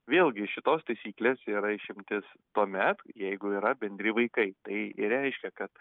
vėlgi iš šitos taisyklės yra išimtis tuomet jeigu yra bendri vaikai tai reiškia kad